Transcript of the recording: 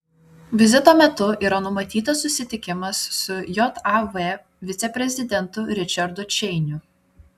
vizito metu yra numatytas susitikimas su jav viceprezidentu ričardu čeiniu